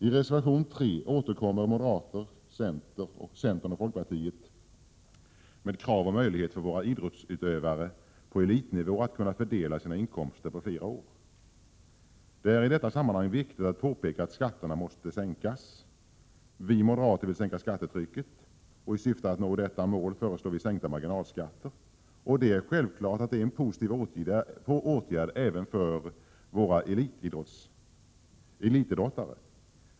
I reservation 3 återkommer moderater, center och folkparti med krav på möjlighet för våra idrottsutövare på elitnivå att fördela sina inkomster på flera år. Det är i detta sammanhang viktigt att påpeka att skatterna måste sänkas. Vi moderater vill sänka skattetrycket. I syfte att nå detta mål föreslår vi sänkta marginalskatter. Det är självfallet en positiv åtgärd även för våra elitidrottare.